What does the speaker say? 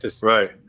right